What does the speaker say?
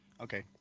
okay